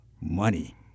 money